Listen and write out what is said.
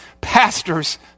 pastors